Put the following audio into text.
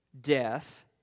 death